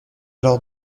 alors